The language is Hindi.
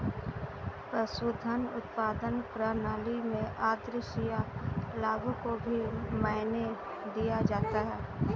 पशुधन उत्पादन प्रणाली में आद्रशिया लाभों को भी मायने दिया जाता है